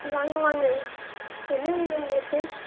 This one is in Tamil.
வாங்க வாங்க என்ன வேணும் உங்களுக்கு